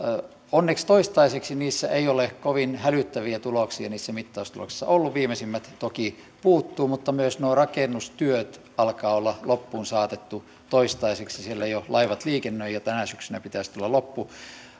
onneksi toistaiseksi ei ole kovin hälyttäviä tuloksia niissä mittaustuloksissa ollut viimeisimmät toki puuttuvat mutta myös nuo rakennustyöt alkavat olla loppuun saatettuja toistaiseksi siellä jo laivat liikennöivät ja tänä syksynä pitäisi tulla loppu